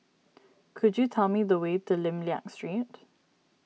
could you tell me the way to Lim Liak Street